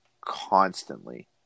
constantly